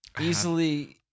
Easily